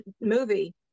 movie